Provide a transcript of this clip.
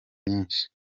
nyinshi